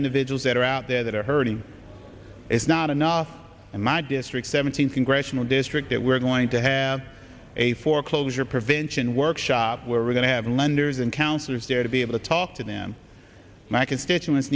individuals that are out there that are hurting is not enough in my district seventeen congressional district that we're going to have a foreclosure prevention workshop where we're going to have lenders and counselors there to be able to talk to them my constituents